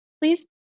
please